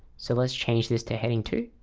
so let's change this to heading two